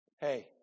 Hey